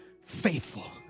faithful